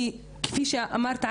כי כפי שאמרת,